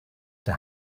der